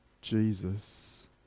Jesus